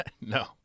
No